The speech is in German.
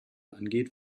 angeht